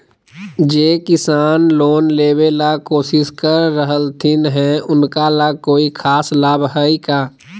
जे किसान लोन लेबे ला कोसिस कर रहलथिन हे उनका ला कोई खास लाभ हइ का?